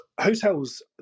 Hotels